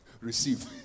Receive